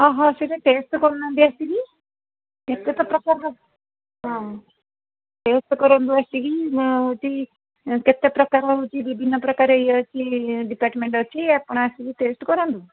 ସେଇଟା ଟେଷ୍ଟ କରୁନାହାନ୍ତି ଆସିକି କେତେଟା ପ୍ରପର୍ ହଁ ଟେଷ୍ଟ କରନ୍ତୁ ଆସିକି ହେଉଛି କେତେ ପ୍ରକାରର ହେଉଛି ବିଭିନ୍ନ ପ୍ରକାରର ଇଏ ଅଛି ଡିପାର୍ଟମେଣ୍ଟ ଅଛି ଆପଣ ଆସିକି ଟେଷ୍ଟ କରାନ୍ତୁ